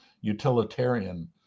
utilitarian